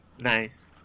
Nice